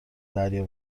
دریا